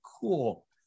cool